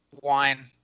wine